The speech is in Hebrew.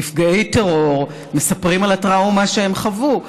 נפגעי טרור מספרים על הטראומה שהם חוו.